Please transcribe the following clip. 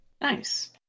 Nice